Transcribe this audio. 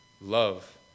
love